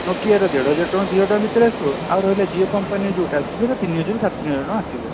ନୋକିଆର ଦେଢ଼ ହଜାର ଟଙ୍କା ଦୁଇ ହଜାର ଟଙ୍କା ଭିତରେ ଆସିବ ଆଉ ରହିଲା ଜିଓ କମ୍ପାନୀର ଯେଉଁଟା ଆସିଛି ସେଇଟା ତିନି ହଜାରରୁ ସାଢ଼େ ତିନି ହଜାର ଭିତରେ ଆସିବ